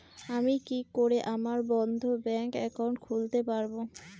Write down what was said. আমি কি করে আমার বন্ধ ব্যাংক একাউন্ট খুলতে পারবো?